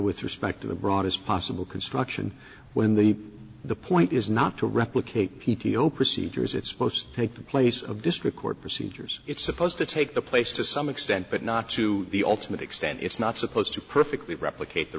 with respect to the broadest possible construction when the the point is not to replicate p t o procedures it's most take the place of district court procedures it's supposed to take the place to some extent but not to the ultimate extent it's not supposed to perfectly replicate the